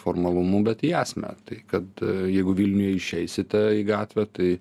formalumu bet į esmę tai kad jeigu vilniuje išeisite į gatvę tai